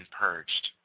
purged